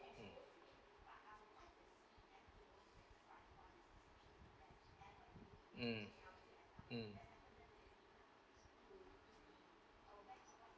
mm mm